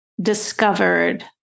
discovered